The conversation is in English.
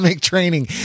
training